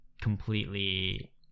completely